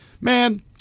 man